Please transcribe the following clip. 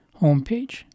homepage